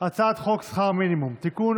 הצעת חוק שכר מינימום (תיקון,